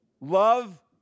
Love